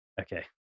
Okay